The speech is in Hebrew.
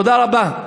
תודה רבה.